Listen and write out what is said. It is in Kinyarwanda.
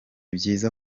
byiza